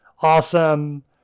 awesome